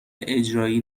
اجرایی